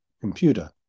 Computer